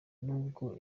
n’ubwo